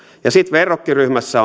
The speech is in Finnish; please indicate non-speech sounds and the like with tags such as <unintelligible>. sitten verrokkiryhmässä <unintelligible>